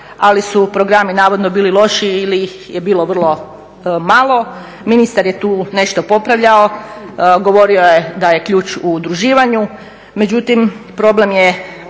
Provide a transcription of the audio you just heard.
ali su programi navodno bili lošiji ili ih je bilo vrlo malo. Ministar je tu nešto popravljao, govorio je da je ključ u udruživanju,